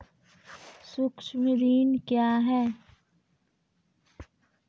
सुक्ष्म ऋण क्या हैं?